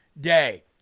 day